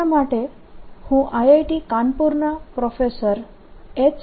આના માટે હું IIT કાનપુરના પ્રોફેસર એચ